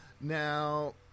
Now